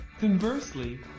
Conversely